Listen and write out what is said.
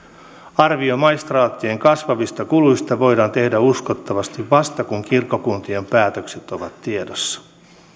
arvio maistraattien kasvavista kuluista voidaan tehdä uskottavasti vasta kun kirkkokuntien päätökset ovat tiedossa